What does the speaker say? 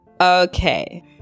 okay